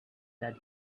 that